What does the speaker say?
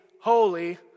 holy